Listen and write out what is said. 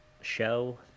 show